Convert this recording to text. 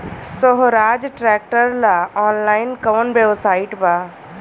सोहराज tractor ला online कोउन website बा?